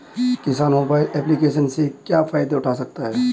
किसान mobile application से क्या फायदा उठा सकता है?